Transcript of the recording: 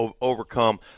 overcome